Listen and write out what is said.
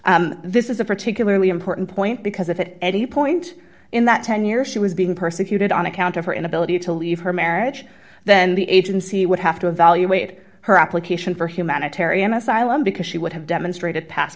marriage this is a particularly important point because if it any point in that tenure she was being persecuted on account of her inability to leave her marriage then the agency would have to evaluate her application for humanitarian asylum because she would have demonstrated past